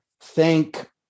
thank